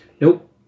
Nope